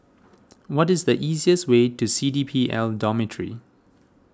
what is the easiest way to C D P L Dormitory